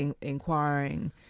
inquiring